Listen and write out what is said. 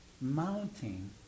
mounting